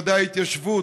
ודאי ההתיישבות,